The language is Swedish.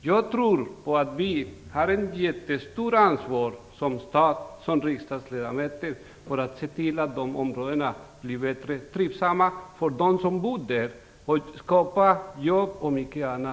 Jag tror att vi riksdagsledamöter har ett mycket stort ansvar när det gäller att se till att de här områdena blir bättre och att de blir trivsamma för dem som bor där. Det gäller att skapa jobb. Men det gäller också mycket annat.